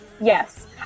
Yes